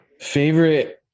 Favorite